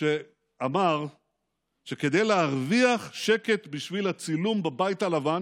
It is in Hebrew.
כשאמר שכדי להרוויח שקט בשביל הצילום בבית הלבן,